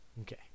Okay